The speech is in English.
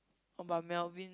oh but Melvin